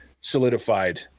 solidified